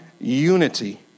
unity